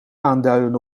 aanduiden